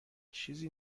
چیزی